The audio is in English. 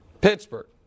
Pittsburgh